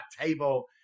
table